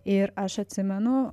ir aš atsimenu